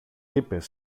είπες